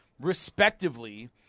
respectively